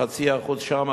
חצי אחוז שם,